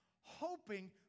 hoping